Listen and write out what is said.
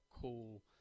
cool